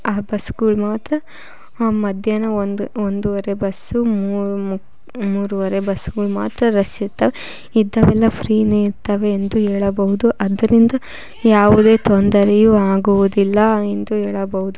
ಆ ಬಸ್ಗಳು ಮಾತ್ರ ಹಾಂ ಮಧ್ಯಾಹ್ನ ಒಂದು ಒಂದೂವರೆ ಬಸ್ಸು ಮೂರು ಮುಕ್ಕ್ ಮೂರುವರೆ ಬಸ್ಗಳು ಮಾತ್ರ ರಶ್ ಇರ್ತಾವೆ ಇದ್ದವೆಲ್ಲ ಫ್ರೀನೆ ಇರ್ತಾವೆ ಎಂದು ಹೇಳಬಹುದು ಆದ್ದರಿಂದ ಯಾವುದೇ ತೊಂದರೆಯು ಆಗುವುದಿಲ್ಲ ಎಂದು ಹೇಳಬಹುದು